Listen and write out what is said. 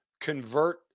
convert